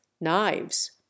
knives